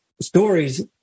Stories